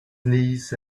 knees